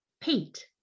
Pete